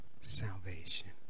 salvation